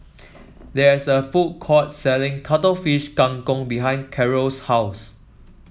there is a food court selling Cuttlefish Kang Kong behind Karel's house